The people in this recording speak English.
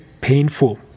painful